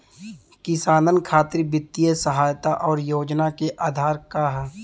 किसानन खातिर वित्तीय सहायता और योजना क आधार का ह?